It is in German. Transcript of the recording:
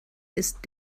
ist